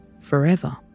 forever